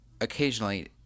occasionally